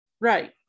Right